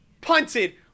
punted